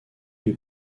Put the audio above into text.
les